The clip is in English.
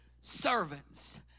servants